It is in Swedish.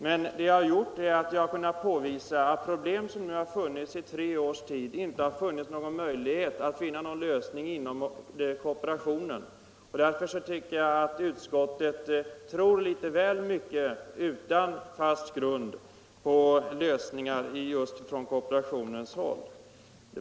Men jag har kunnat konstatera att de problem som nu har funnits i tre år har man inte inom kooperationen kunnat finna någon lösning på. Därför tycker jag att utskottet utan tillräcklig grund tror litet väl mycket på lösningar från kooperationens håll.